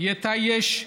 ויטאייש איילו.